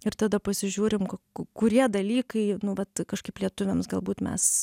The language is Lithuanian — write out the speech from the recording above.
ir tada pasižiūrim ku kurie dalykai nu vat kažkaip lietuviams galbūt mes